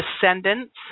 descendants